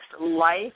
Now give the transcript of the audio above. life